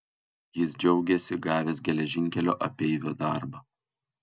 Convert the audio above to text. jis džiaugėsi gavęs geležinkelio apeivio darbą